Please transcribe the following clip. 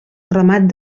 ramat